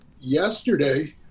yesterday